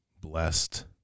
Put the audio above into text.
blessed